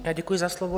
Já děkuji za slovo.